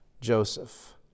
Joseph